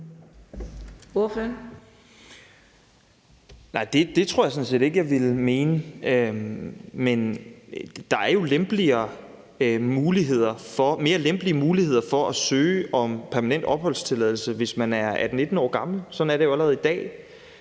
det tror jeg sådan set ikke jeg ville mene, men der er jo mere lempelige muligheder for at søge om permanent opholdstilladelse, hvis man er 18-19 år gammel. Sådan er det jo allerede i dag.